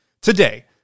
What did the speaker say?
Today